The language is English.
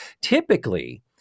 typically